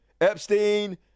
Epstein